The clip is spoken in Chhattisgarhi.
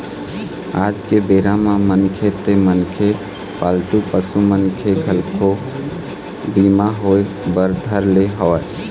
आज के बेरा म मनखे ते मनखे पालतू पसु मन के घलोक बीमा होय बर धर ले हवय